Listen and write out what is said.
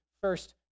first